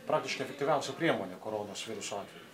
praktiškai efektyviausia priemonė koronos viruso atveju